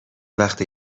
وقت